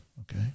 okay